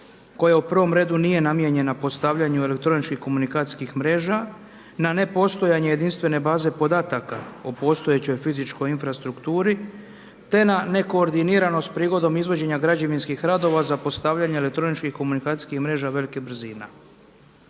koja u prvom redu nije namijenjena postavljanju elektroničkih komunikacijskih mreža na nepostojanje jedinstvene baze podataka o postojećoj fizičkoj infrastrukturi, te na nekoordiniranost prigodom izvođenja građevinskih radova za postavljanje elektroničkih komunikacijskih mreža velikih brzina.